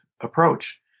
approach